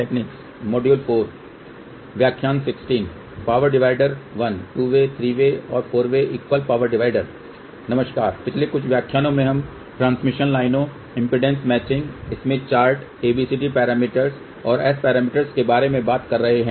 पिछले कुछ व्याख्यानों में हम ट्रांसमिशन लाइनों इम्पीडेन्स मैचिंगस्मिथ चार्टABCD पैरामीटर्स और S पैरामीटर्स के बारे में बात कर रहे हैं